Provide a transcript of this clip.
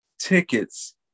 tickets